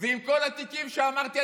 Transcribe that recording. ועם כל התיקים שאמרתי,